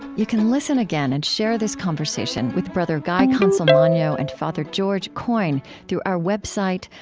you can listen again and share this conversation with brother guy consolmagno and father george coyne through our website,